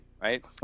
right